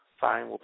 Fine